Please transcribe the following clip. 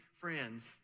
friends